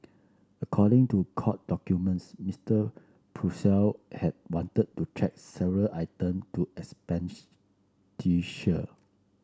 according to court documents Mister Purcell had wanted to check several item to